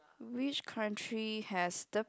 which country has the